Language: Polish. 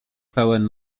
pełen